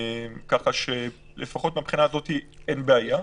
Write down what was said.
ככה שלפחות מהבחינה הזאת אין בעיה.